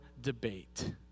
debate